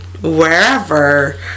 wherever